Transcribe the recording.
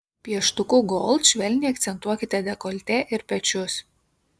pieštuku gold švelniai akcentuokite dekoltė ir pečius